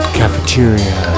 cafeteria